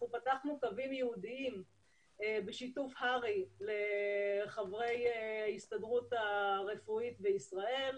פתחנו קווים ייעודיים בשיתוף הר"י לחברי ההסתדרות הרפואית בישראל,